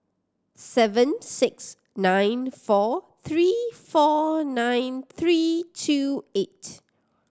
seven six nine four three four nine three two eight